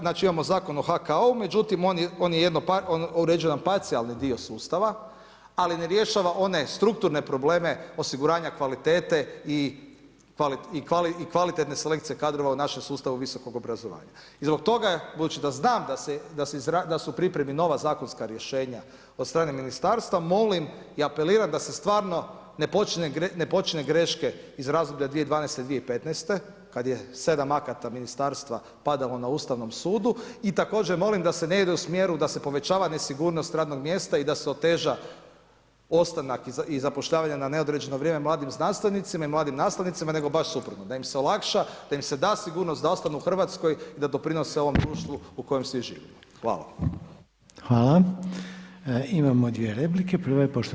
Znači imamo Zakon o HKO-u, međutim on je jedno uređen parcijalni dio sustava, ali ne rješava one strukturne probleme osiguranja kvalitete i kvalitetne selekcije kadrova u našem sustavu visokog obrazovanja i zbog toga, budući da znam da su u pripremi nova zakonska rješenja od strane ministarstva, molim i apeliram da se stvarno ne počne greške iz razdoblja 2012., 2015. kad je 7 akata ministarstva padalo na Ustavnom sudu i također molim da se ne ide u smjeru da se povećava nesigurnost radnog mjesta i da se oteža ostanak i zapošljavanje na neodređeno vrijeme mladim znanstvenicima i mladim nastavnicima, nego baš suprotno, da im se olakša, da im se da sigurnost da ostanu u Hrvatskoj i da doprinose ovom društvu u kojem svi živimo.